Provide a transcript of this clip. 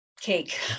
cake